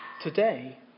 today